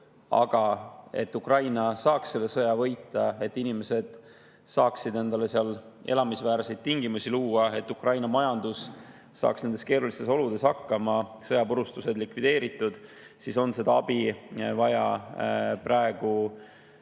Aga et Ukraina saaks selle sõja võita, et inimesed saaksid endale seal elamisväärseid tingimusi luua, et Ukraina majandus saaks nendes keerulistes oludes hakkama ja sõjapurustused likvideeritud, on vaja seda abi praegu